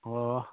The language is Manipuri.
ꯑꯣ